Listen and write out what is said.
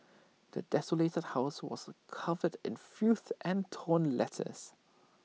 the desolated house was covered in filth and torn letters